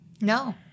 No